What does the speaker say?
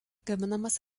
gaminamas